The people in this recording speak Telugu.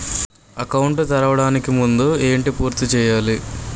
అకౌంట్ తెరవడానికి ముందు ఏంటి పూర్తి చేయాలి?